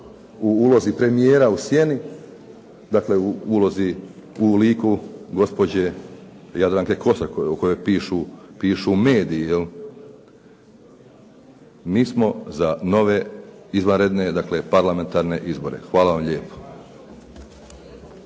u ulozi premijera u sjeni, dakle u liku gospođe Jadranke Kosor o kojoj pišu mediji jel. Mi smo za nove izvanredne dakle parlamentarne izbore. Hvala vam lijepo.